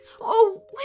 Oh